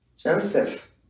Joseph